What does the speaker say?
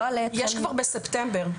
יש כבר בספטמבר,